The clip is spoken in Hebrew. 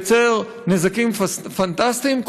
לייצר נזקים פנטסטיים,